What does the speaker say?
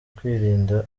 kwirinda